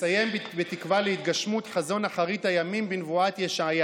נסיים בתקווה להתגשמות חזון אחרית הימים בנבואת ישעיה,